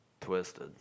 twisted